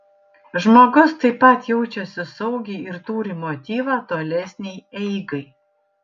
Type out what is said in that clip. žmogus taip pat jaučiasi saugiai ir turi motyvą tolesnei eigai